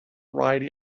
ride